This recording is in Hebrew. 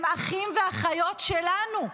הם אחים ואחיות שלנו.